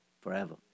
forever